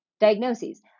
diagnoses